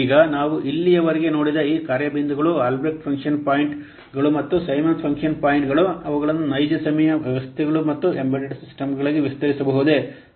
ಈಗ ನಾವು ಇಲ್ಲಿಯವರೆಗೆ ನೋಡಿದ ಈ ಕಾರ್ಯ ಬಿಂದುಗಳು ಆಲ್ಬ್ರೆಕ್ಟ್ ಫಂಕ್ಷನ್ ಪಾಯಿಂಟ್ಗಳು ಮತ್ತು ಸೈಮನ್ಸ್ ಫಂಕ್ಷನ್ ಪಾಯಿಂಟ್ಗಳು ಅವುಗಳನ್ನು ನೈಜ ಸಮಯ ವ್ಯವಸ್ಥೆಗಳು ಮತ್ತು ಎಂಬೆಡೆಡ್ ಸಿಸ್ಟಮ್ಗಳಿಗೆ ವಿಸ್ತರಿಸಬಹುದೇ